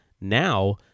now